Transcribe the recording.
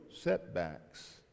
setbacks